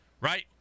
right